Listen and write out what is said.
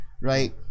right